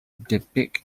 depicts